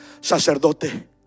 sacerdote